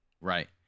Right